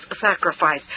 sacrifice